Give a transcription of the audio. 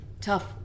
Tough